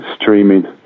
streaming